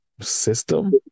system